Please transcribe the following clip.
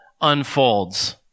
unfolds